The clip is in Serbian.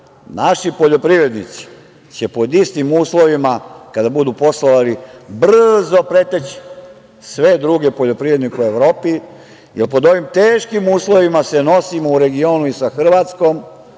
naši poljoprivrednici će pod istim uslovima kada budu poslovali brzo preteći sve druge poljoprivrednike u Evropi i pod ovim teškim uslovima se nosimo u regionu i sa Hrvatskom,